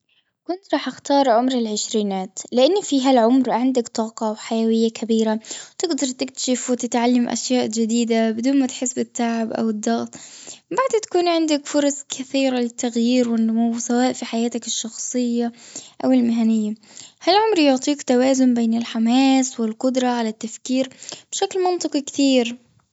كنت هختار عمر العشرينات. لأن في هالعمر عندك طاقة وحيوية كبيرة. تقدر تكتشف وتتعلم أشياء جديدة بدون ما تحس بالتعب أو الضغط. بعدها تكون عندك فرص كثيرة للتغيير والنمو سواء في حياتك الشخصية أو المهنية. هالعمر يعطيك توازن بين الحماس والقدرة على التفكير بشكل منطقي كتير.